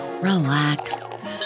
relax